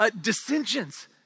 dissensions